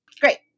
Great